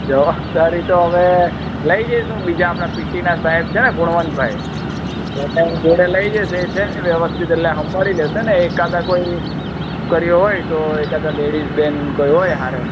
જવાબદારી તો હવે લઈ જઇશ હું બીજા આપણે પીટીના સાહેબ છે ને ગુણવંતભાઈ એને હું જોડે લઈ જઇશ એ છે ને વ્યવસ્થિત એટલે સાંભળી લેશે ને એકાદા કોઈ દીકરીઓ હોય તો એકાદા લેડિસ બેન કોઈ હોય હારે